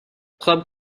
club